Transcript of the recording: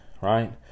right